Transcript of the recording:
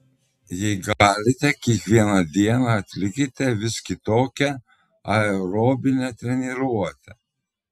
jei galite kiekvieną dieną atlikite vis kitokią aerobinę treniruotę